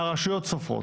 הרשויות סופרות.